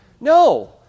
No